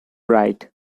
bright